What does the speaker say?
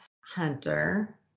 Hunter